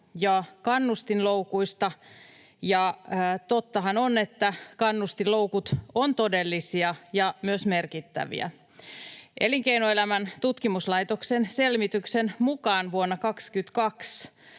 ja kannustinloukuista, ja tottahan on, että kannustinloukut ovat todellisia ja myös merkittäviä. Elinkeinoelämän tutkimuslaitoksen selvityksen mukaan vuonna 22